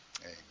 Amen